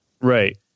Right